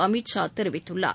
அமித் ஷா தெரிவித்துள்ளார்